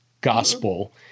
gospel